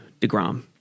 DeGrom